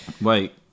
Wait